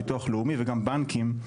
ביטוח לאומי וגם בנקים,